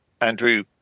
andrew